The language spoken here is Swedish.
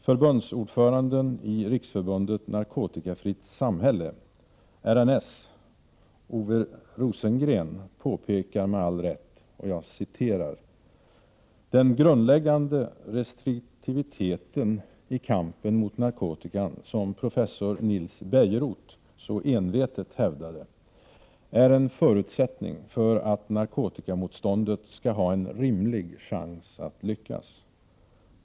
Förbundsordföranden i Riksförbundet Narkotikafritt samhälle, RNS, Ove Rosengren påpekar med all rätt: ”Den grundläggande restriktiviteten i kampen mot narkotikan som professor Nils Bejerot så envetet hävdar är en förutsättning för att narkotikamotståndet skall ha en rimlig chans att lyckas.